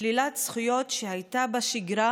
שלילת זכויות שהייתה בשגרה